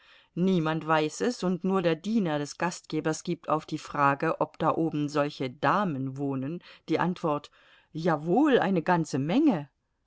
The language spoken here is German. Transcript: niemand weiß es und nur der diener des gastgebers gibt auf ihre frage ob da oben solche damen wohnen die antwort jawohl eine ganze menge